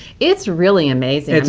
it's really amazing. it's